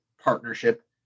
partnership